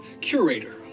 curator